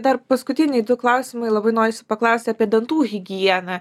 dar paskutiniai du klausimai labai norisi paklausti apie dantų higieną